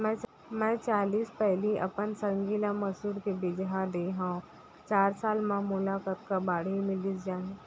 मैं चालीस पैली अपन संगी ल मसूर के बीजहा दे हव चार साल म मोला कतका बाड़ही मिलिस जाही?